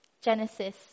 Genesis